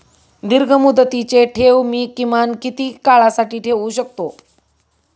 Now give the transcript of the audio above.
दीर्घमुदतीचे ठेव मी किमान किती काळासाठी ठेवू शकतो?